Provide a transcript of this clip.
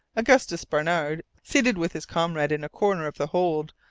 augustus barnard, seated with his comrade in a corner of the hold,